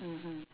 mmhmm